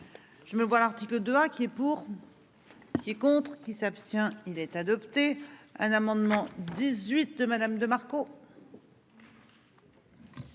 Je me vois l'article 2 A qui est pour. Qui est contre qui s'abstient. Il est adopté un amendement 18 de Madame de Marco.